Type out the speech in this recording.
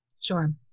Sure